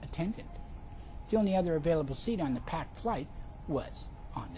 attendant the only other available seat on the packed flight was on